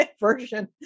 version